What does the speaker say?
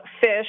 fish